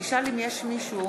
יש מישהו